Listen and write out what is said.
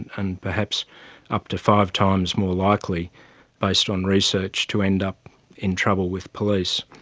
and perhaps up to five times more likely based on research to end up in trouble with police.